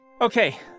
Okay